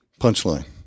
punchline